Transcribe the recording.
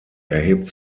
erhebt